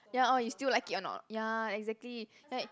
ya orh you still like it or not ya exactly like